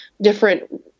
different